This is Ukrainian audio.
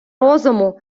розуму